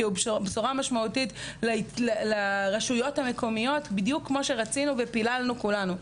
הוא בשורה משמעותית לרשויות המקומיות בדיוק כמו שרצינו ופיללנו כולנו.